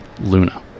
Luna